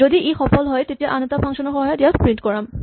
যদি ই সফল হয় তেতিয়া আন এটা ফাংচন ৰ সহায়ত ইয়াক প্ৰিন্ট কৰাম